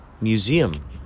Museum